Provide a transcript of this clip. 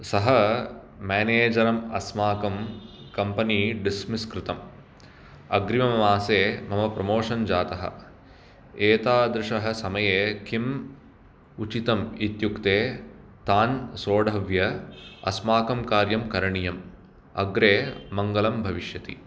सः मेनेजरम् अस्माकं कम्पनी डिस्मिस् कृतम् अग्रिममासे मम प्रोमोषन् जातः एतादृशः समये किम् उचितम् इत्युक्ते तान् सोढव्य अस्माकं कार्यं करणीयम् अग्रे मङ्गलं भविष्यति